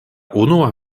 unua